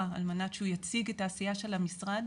על מנת שהוא יציג את העשייה של המשרד,